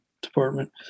department